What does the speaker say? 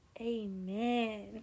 Amen